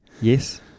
Yes